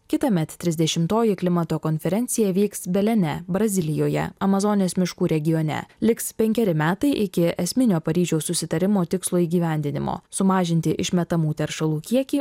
kitąmet trisdešimtoji klimato konferencija vyks belene brazilijoje amazonės miškų regione liks penkeri metai iki esminio paryžiaus susitarimo tikslo įgyvendinimo sumažinti išmetamų teršalų kiekį